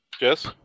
Yes